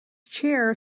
chair